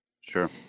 Sure